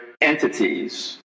entities